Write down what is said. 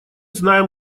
знаем